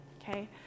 Okay